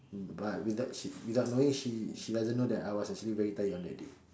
but without she without knowing she she doesn't know that I was actually very tired on that day